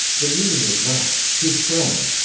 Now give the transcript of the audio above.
the meaning was not his friend.